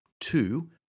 two